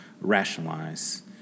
rationalize